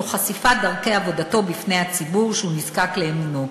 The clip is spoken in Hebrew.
תוך חשיפת דרכי עבודתו בפני הציבור שהוא נזקק לאמונו.